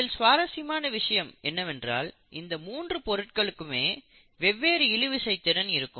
இதில் சுவாரஸ்யமான விஷயம் என்னவென்றால் இந்த மூண்டு பொருட்களுக்கும் வெவ்வேறு இழுவிசை திறன் இருக்கும்